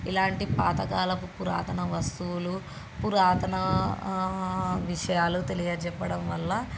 ఇలాంటి పాతకాలపు పురాతన వస్తువులు పురాతన విషయాలు తెలియ చెప్పడం వల్ల